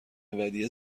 ودیعه